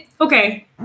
Okay